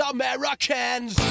Americans